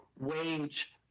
wage